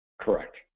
Correct